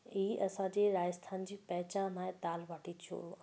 हीउ असांजे राजस्थान जी पहचान आहे दालि भाटी चूरमा